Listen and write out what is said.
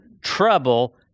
trouble